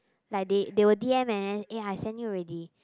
like they they will D_M and then eh I send you already